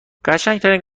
قشنگترین